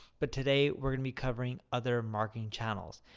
but today, we're going to be covering other marketing channels.